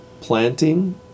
planting